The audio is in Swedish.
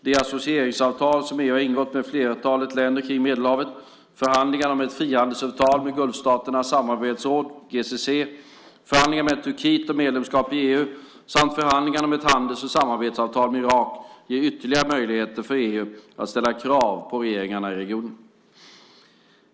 De associeringsavtal som EU har ingått med flertalet länder kring Medelhavet, förhandlingarna om ett frihandelsavtal med Gulfstaternas samarbetsråd , förhandlingarna med Turkiet om medlemskap i EU samt förhandlingarna om ett handels och samarbetsavtal med Irak ger ytterligare möjligheter för EU att ställa krav på regeringarna i regionen.